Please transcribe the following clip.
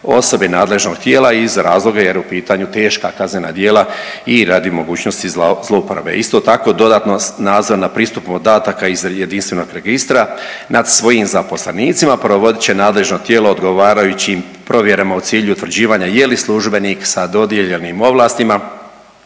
osobe i nadležnog tijela iz razloga jer u pitanju teška kaznena djela i radi mogućnosti zlouporabe. Isto tako, dodatno nadzor na pristup podataka iz Jedinstvenog registra nad svojim zaposlenicima provodit će nadležno tijelo odgovarajućim provjerama u cilju utvrđivanja je li službenik sa dodijeljenim ovlastima